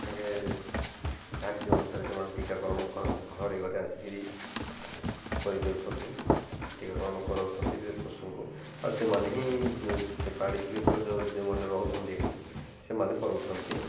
ତାଙ୍କେ ଧାର୍ଯ୍ୟ ଅନୁସାରେ ସେମାନେ ଟୀକାକରଣ ଘରେ ଘରେ ଆସିକରି କରିଦେଉଛନ୍ତି ଟୀକାକରଣ କରାଉଛନ୍ତି ସେ ପଶୁଙ୍କୁ ଆଉ ସେମାନେ ହିଁ ସେ ପ୍ରାଣୀ ଚିକିତ୍ସକ ଯେଉଁମାନେ ରହୁଛନ୍ତିି ସେମାନେ କରାଉଛନ୍ତି